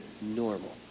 Normal